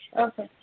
Okay